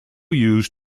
used